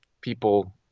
people